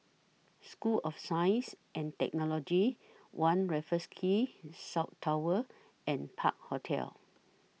School of Science and Technology one Raffles Quay South Tower and Park Hotel